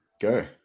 Go